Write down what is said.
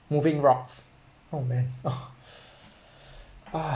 moving rocks oh man oh ah